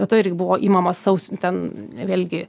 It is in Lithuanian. be to irgi buvo imama saus ten vėlgi